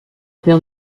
père